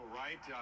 right